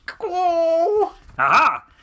Aha